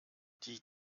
die